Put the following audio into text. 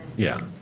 yeah.